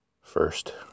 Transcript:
first